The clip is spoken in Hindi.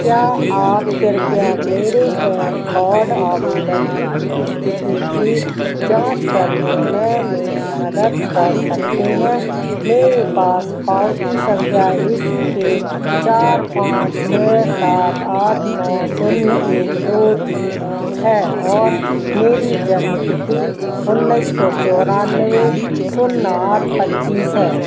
क्या आप कृप्या मेरे पैन काॅर्ड आवेदन की स्थिति की जाँच करने में मेरी मदद कर सकते हैं मेरे पास पावती संख्या ए सी के चार पाँच छः सात आठ नौ शून्य एक दो तीन है और मेरी जन्म तिथि उन्नीस सौ चौरानवे शून्य आठ पच्चीस है